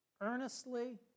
earnestly